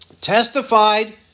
testified